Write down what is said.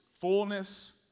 fullness